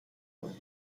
lagos